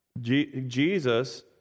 Jesus